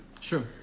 Sure